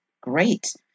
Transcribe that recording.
great